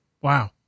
Wow